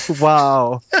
Wow